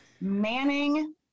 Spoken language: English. Manning